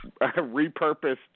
repurposed